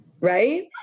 Right